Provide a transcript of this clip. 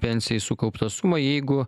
pensijai sukauptą sumą jeigu